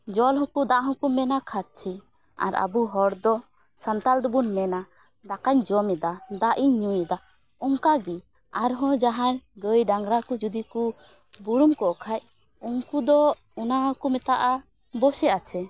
ᱡᱚᱞᱦᱚᱸ ᱠᱚ ᱫᱟᱜ ᱦᱚᱸᱠᱚ ᱢᱮᱱᱟ ᱠᱷᱟᱪᱪᱷᱤ ᱟᱨ ᱟᱵᱚ ᱦᱚᱲᱫᱚ ᱥᱟᱱᱛᱟᱞ ᱫᱚᱵᱚᱱ ᱢᱮᱱᱟ ᱫᱟᱠᱟᱧ ᱡᱚᱢᱮᱫᱟ ᱫᱟᱜᱼᱤᱧ ᱧᱩᱭᱮᱫᱟ ᱚᱝᱠᱟᱜᱮ ᱟᱨᱦᱚᱸ ᱡᱟᱦᱟᱸᱭ ᱜᱟᱹᱭ ᱰᱟᱝᱨᱟ ᱠᱚ ᱡᱩᱫᱤᱠᱚ ᱵᱩᱨᱩᱢᱠᱚᱜ ᱠᱷᱟᱱ ᱩᱝᱠᱩᱫᱚ ᱚᱱᱟ ᱦᱚᱸᱠᱚ ᱢᱮᱛᱟᱜᱼᱟ ᱵᱚᱥᱮ ᱟᱪᱷᱮ